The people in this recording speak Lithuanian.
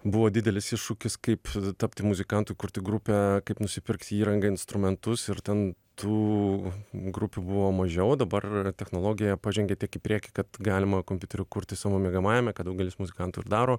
buvo didelis iššūkis kaip tapti muzikantu kurti grupę kaip nusipirkti įrangą instrumentus ir ten tų grupių buvo mažiau dabar technologija pažengė tiek į priekį kad galima kompiuteriu kurti savo miegamajame ką daugelis muzikantų daro